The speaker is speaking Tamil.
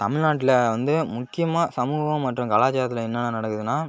தமிழ்நாட்டில் வந்து முக்கியமாக சமூகம் மற்றும் கலாச்சாரத்தில் என்னென்ன நடக்குதுனால்